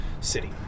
city